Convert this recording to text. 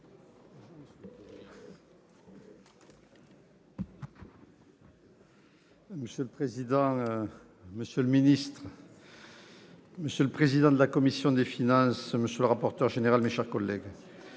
Monsieur le président, monsieur le secrétaire d'État, monsieur le président de la commission des finances, monsieur le rapporteur général, mes chers collègues,